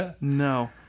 No